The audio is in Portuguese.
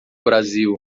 brasil